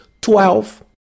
twelve